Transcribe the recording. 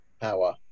power